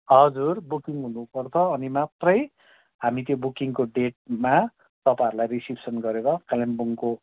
हजुर बुकिङ हुनुपर्छ अनि मात्रै हामी त्यो बुकिङको डेटमा तपाईँहरूलाई रिसिप्सन गरेर कालिम्पोङको